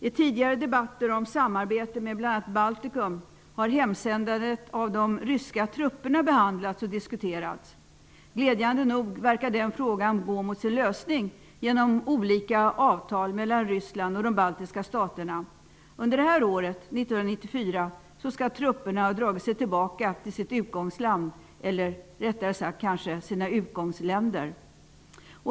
I tidigare debatter om samarbetet med bl.a. Baltikum har hemsändandet av de ryska trupperna behandlats och diskuterats. Glädjande nog verkar den frågan gå mot sin lösning genom olika avtal mellan Ryssland och de baltiska staterna. Under detta år, 1994, skall trupperna ha dragit sig tillbaka till sitt ursprungsland, eller rättare sagt till sina ursprungsländer.